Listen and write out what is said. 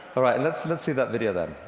all right, let's let's see that video then,